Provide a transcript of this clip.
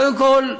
קודם כול,